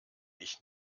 ich